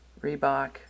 Reebok